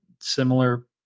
similar